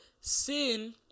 sin